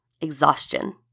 Exhaustion